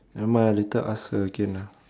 never mind lah later ask her again lah